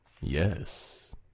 yes